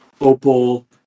Opal